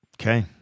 Okay